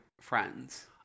friends